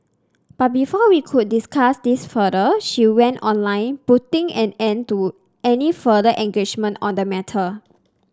but before we could discuss this further she went online putting an end to any further engagement on the matter